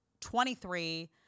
23